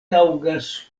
taŭgas